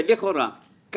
לכאורה, אני מדבר לכאורה.